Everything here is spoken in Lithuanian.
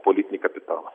politinį kapitalą